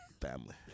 Family